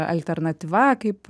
alternatyva kaip